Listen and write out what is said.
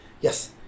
yes